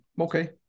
Okay